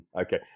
Okay